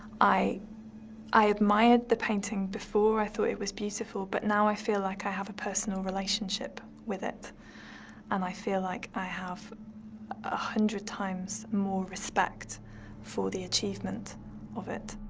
i i admired the painting before, i thought it was beautiful, but now i feel like i have a personal relationship with it and i feel like i have a hundred times more respect for the achievement of it.